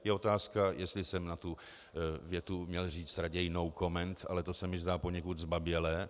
Je otázka, jestli jsem na tu větu měl říct raději no comment, ale to se mi zdá poněkud zbabělé.